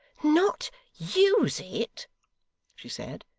not use it she said.